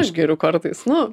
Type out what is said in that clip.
aš geriu kartais nu